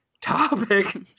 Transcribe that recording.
Topic